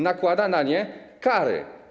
Nakłada na nie kary.